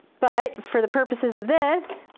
but, for the purposes of this,